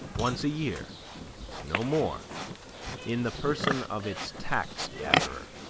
once a year no more in the person of its tax-gatherer